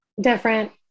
different